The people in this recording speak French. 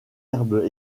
herbe